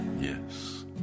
yes